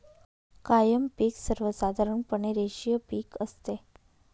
कायम पिक सर्वसाधारणपणे रेषीय पिक असते